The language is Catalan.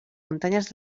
muntanyes